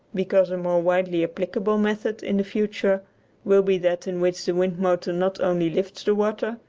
because a more widely applicable, method in the future will be that in which the wind-motor not only lifts the water,